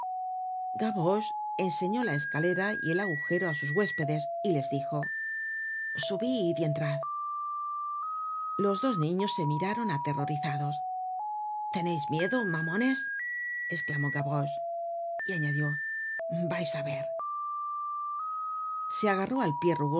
enseñó la escalera y el agujero á sus huéspedes y les dijo subid y entrad los dos niños se miraron aterrorizados teneis miedo mamones esclamó gavroche y añadió vais á ver se agarró al pie